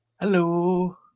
Hello